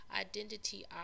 identity